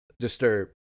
disturb